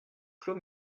clos